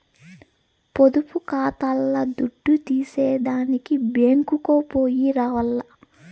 పొదుపు కాతాల్ల దుడ్డు తీసేదానికి బ్యేంకుకో పొయ్యి రావాల్ల